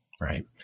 right